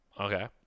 Okay